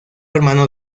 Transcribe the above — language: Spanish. hermano